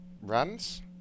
Runs